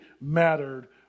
mattered